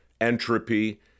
entropy